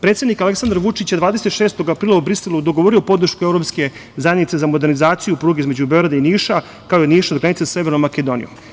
Predsednik Aleksandar Vučić je 26. aprila u Briselu dogovorio podršku Evropske zajednice za modernizaciju pruge između Beograda i Niša, kao i od Niša do granice sa Severnom Makedonijom.